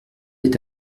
est